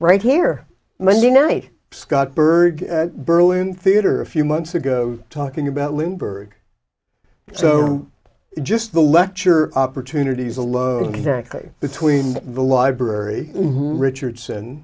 right here monday night scott berg at berlin theater a few months ago talking about lindbergh so just the lecture opportunities alone between the library richardson